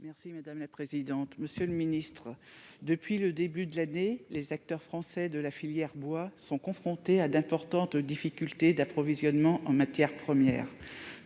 et de la relance. Monsieur le secrétaire d'État, depuis le début de l'année, les acteurs français de la filière bois sont confrontés à d'importantes difficultés d'approvisionnement en matières premières.